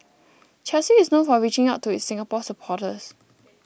Chelsea is known for reaching out to its Singapore supporters